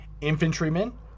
infantrymen